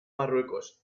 marruecos